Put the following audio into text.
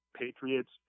Patriots